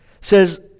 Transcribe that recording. says